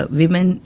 women